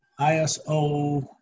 ISO